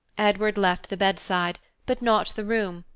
edward left the bedside but not the room,